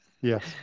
Yes